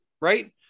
right